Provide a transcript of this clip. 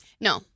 No